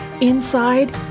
Inside